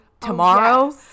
tomorrow